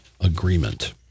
agreement